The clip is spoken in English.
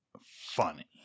funny